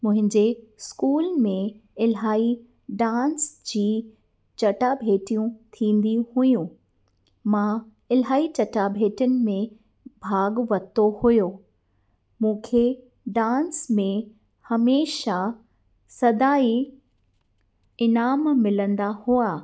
मुंहिंजे इस्कूल में इलाही डांस जी चटाभेटियूं थींदी हुयो मां इलाही चटाभेटियुन में भागु वरितो हुयो मूंखे डांस में हमेशह सदाईंं इनाम मिलंदा हुआ